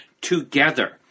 together